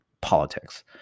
politics